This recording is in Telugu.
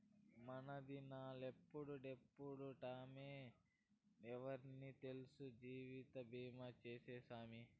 మనదినాలెప్పుడెప్పుంటామో ఎవ్వురికి తెల్సు, జీవితబీమా సేయ్యి సామీ